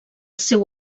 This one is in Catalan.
seu